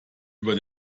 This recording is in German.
über